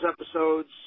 episodes